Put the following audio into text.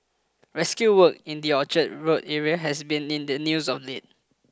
rescue work in the Orchard Road area has been in the news of late